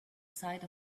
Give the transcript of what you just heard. sight